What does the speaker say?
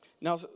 Now